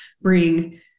bring